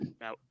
now